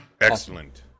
Excellent